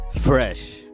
fresh